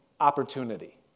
opportunity